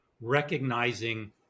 recognizing